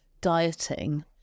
dieting